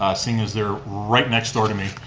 ah seeing as they're right next door to me.